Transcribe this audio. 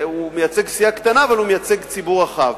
מייצג סיעה קטנה אבל הוא מייצג ציבור רחב.